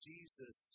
Jesus